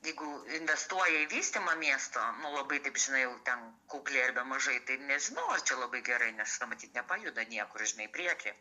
jeigu investuoja į vystymą miesto nu labai taip žinai kukliai arba mažai tai nežinau ar čia labai gerai nes matyt nepajuda niekur žinai į priekį